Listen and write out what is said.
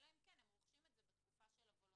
אלא אם כן הם רוכשים את זה בתקופה של הוולונטרי,